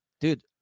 Dude